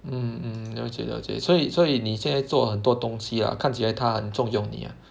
mm mm 了解了解所以所以你现在做很多东西 lah 看起来他很重用你 ah